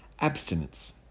Abstinence